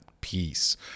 peace